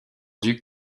duc